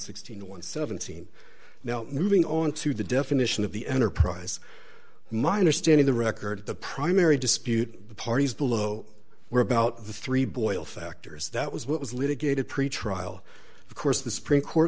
and seventeen now moving on to the definition of the enterprise minor standing the record the primary dispute the parties below were about the three boil factors that was what was litigated pretrial of course the supreme court